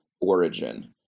origin